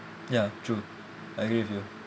ya true I agree with you